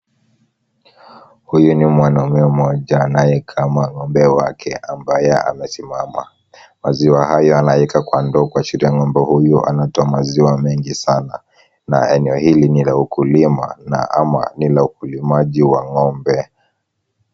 Huyu ni mwanaume mmoja anayekama ng'ombe wake ambaye amesimama. Maziwa hayo anaweka kwa ndoo kuashiria ng'ombe huyu anatoa maziwa mengi sana na eneo hili ni la ukulima ama ni la ulimaji wa ng'ombe.